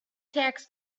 tax